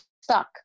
stuck